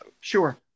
Sure